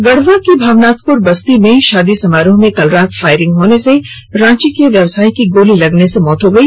गढ़वा के भवनाथपूर बस्ती में भाादी समारोह में बीती रात फायरिंग होने से रांची के व्यवसायी की गोली लगने से मौत हो गई